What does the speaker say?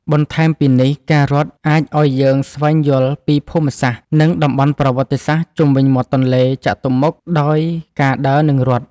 បន្ថែមពីនេះការរត់អាចឲ្យយើងស្វែងយល់ពីភូមិសាស្ត្រ និងតំបន់ប្រវត្តិសាស្ត្រជុំវិញមាត់ទន្លេចតុមុខដោយការដើរ និងរត់។